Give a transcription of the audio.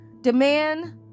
Demand